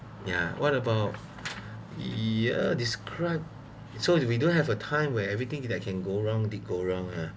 yeah what about ya described so we don't have a time where everything that can go wrong did go wrong ah